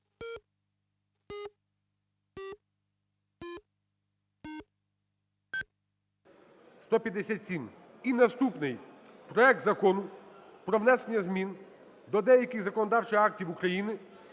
За-157 І наступний. Проект Закону про внесення змін до деяких законодавчих актів України